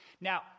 Now